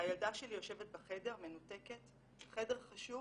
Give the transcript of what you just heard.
והילדה שלי יושבת בחדר, מנותקת, חדר חשוך